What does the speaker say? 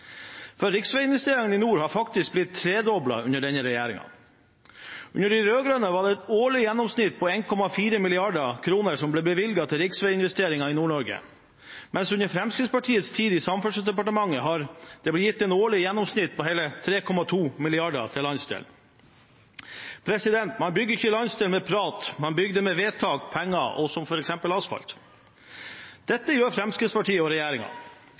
dem. Riksveiinvesteringene i nord har faktisk blitt tredoblet under denne regjeringen. Under de rød-grønne var det et årlig gjennomsnitt på 1,4 mrd. kr som ble bevilget til riksveiinvesteringer i Nord-Norge, mens det i Fremskrittspartiets tid i Samferdselsdepartementet er blitt gitt et årlig gjennomsnitt på hele 3,2 mrd. kr til landsdelen. Man bygger ikke en landsdel med prat; man bygger den med vedtak, penger og f.eks. asfalt. Dette gjør Fremskrittspartiet og